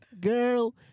Girl